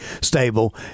stable